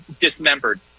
dismembered